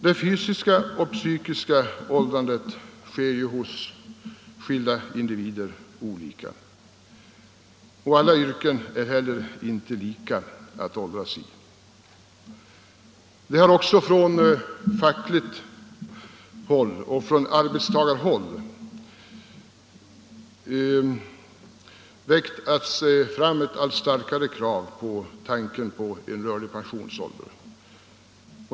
Det fysiska och psykiska åldrandet sker hos skilda individer olika och alla yrken är heller inte lika att åldras i. Det har också från fackligt håll och från arbetstagarhåll kommit allt starkare krav på en rörlig pensionsålder.